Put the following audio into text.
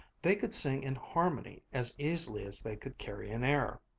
they could sing in harmony as easily as they could carry an air.